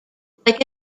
like